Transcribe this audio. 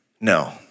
No